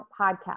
podcast